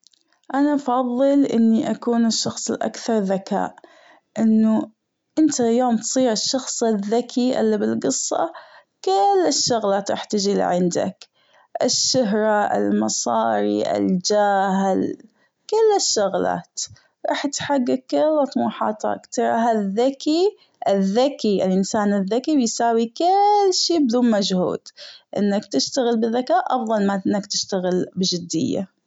أنا بفظل أني أكون الشخص الأكثر ذكاء أنه أنت يوم تصير الشخص الذكي اللي بالجصة كل الشغلات راح تيجي لعندك الشهرة المصاري الجاه ال- كل الشغلات راح تحجج كل طموحاتك ترى هالذكي الذكي الأنسان الذكي بيساوي كل شي بدون مجهود إنك تشتغل بذكاء أفضل من أنك تشتغل بجدية.